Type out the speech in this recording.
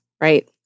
right